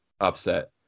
upset